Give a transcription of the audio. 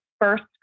first